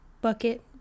bucket